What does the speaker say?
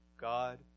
God